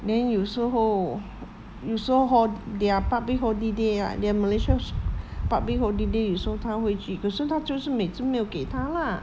then 有时候有时 hor their public holiday right their malaysia s~ public holiday 有时候他会去可是他就是每次没有给他 lah